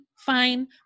fine